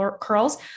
curls